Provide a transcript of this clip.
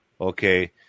Okay